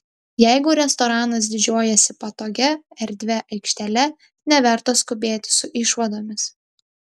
jeigu restoranas didžiuojasi patogia erdvia aikštele neverta skubėti su išvadomis